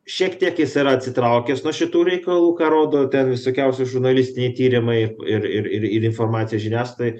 šiek tiek jis yra atsitraukęs nuo šitų reikalų ką rodo ten visokiausi žurnalistiniai tyrimai ir ir ir ir informacija žiniasklaidoj